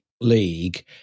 league